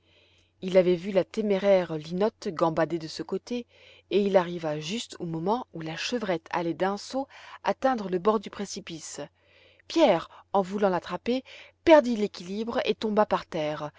il avait vu la téméraire linotte gambader de ce côté et il arriva juste au moment où la chevrette allait d'un saut atteindre le bord du précipice pierre en voulant l'attraper perdit l'équilibre et tomba par terre